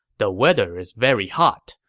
the weather is very hot,